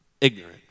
ignorant